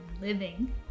living